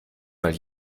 mal